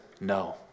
no